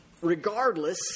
regardless